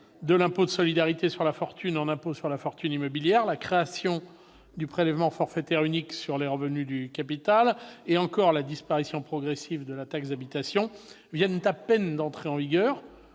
de l'impôt de solidarité sur la fortune en impôt sur la fortune immobilière, la création du prélèvement forfaitaire unique sur les revenus du capital, la disparition progressive de la taxe d'habitation viennent à peine d'entrer en vigueur